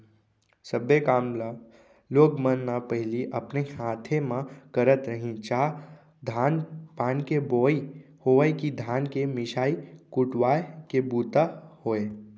सब्बे काम ल लोग मन न पहिली अपने हाथे म करत रहिन चाह धान पान के बोवई होवय कि धान के मिसाय कुटवाय के बूता होय